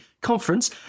conference